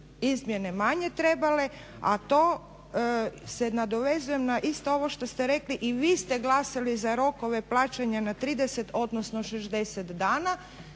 izmjene manje trebale, a to se nadovezujem na isto ovo što ste rekli, i vi ste glasali za rokove plaćanja na 30, odnosno 60 dana.